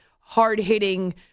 hard-hitting